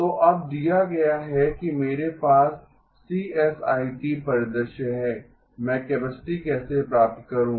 तो अब दिया गया है कि मेरे पास सीएसआइटी परिदृश्य है मैं कैपेसिटी कैसे प्राप्त करूं